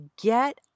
get